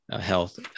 health